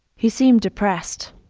he seemed depressed.